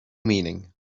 meaning